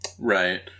Right